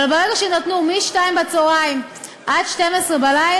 אבל ברגע שנתנו מ-14:00 עד 24:00,